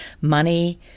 money